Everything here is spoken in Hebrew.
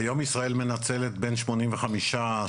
היום ישראל מנצלת בין שמונים וחמישה,